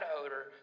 odor